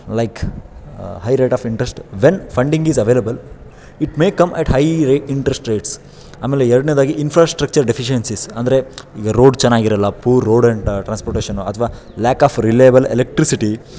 like high rate of interest when funding is available it may come at high ರೇ interest rates ಆಮೇಲೆ ಎರಡನೇದಾಗಿ infrastructure deficiencies ಅಂದರೆ ಈಗ road ಚೆನ್ನಾಗಿರಲ್ಲ poor road and transportation ಅಥವಾ lack of reliable electricity